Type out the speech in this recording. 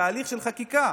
תהליך של חקיקה,